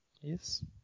Yes